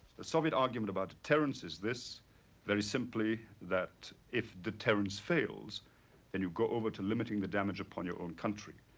the soviet argument about deterrence is this very simply, that if deterrence fails then you go over to limiting the damage upon your own country.